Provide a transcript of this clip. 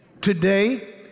Today